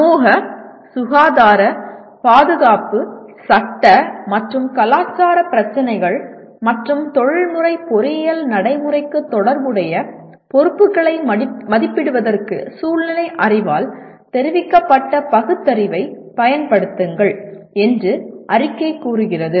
சமூக சுகாதார பாதுகாப்பு சட்ட மற்றும் கலாச்சார பிரச்சினைகள் மற்றும் தொழில்முறை பொறியியல் நடைமுறைக்கு தொடர்புடைய பொறுப்புகளை மதிப்பிடுவதற்கு சூழ்நிலை அறிவால் தெரிவிக்கப்பட்ட பகுத்தறிவைப் பயன்படுத்துங்கள் என்று அறிக்கை கூறுகிறது